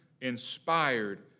inspired